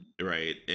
Right